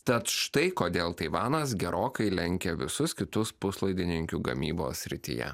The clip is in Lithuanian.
tad štai kodėl taivanas gerokai lenkia visus kitus puslaidininkių gamybos srityje